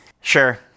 Sure